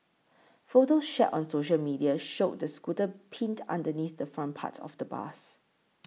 photos shared on social media showed the scooter pinned underneath the front part of the bus